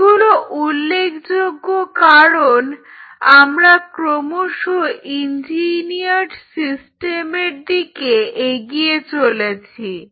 এগুলো উল্লেখযোগ্য কারণ আমরা ক্রমশ ইঞ্জিনিয়ারড সিস্টেমের দিকে এগিয়ে চলেছি